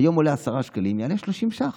היום עולים 10 שקלים, יעלו 30 ש"ח.